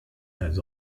has